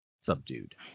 subdued